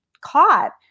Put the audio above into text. caught